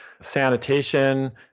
sanitation